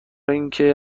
اینکه